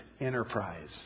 enterprise